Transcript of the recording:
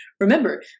Remember